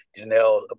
Janelle